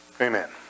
Amen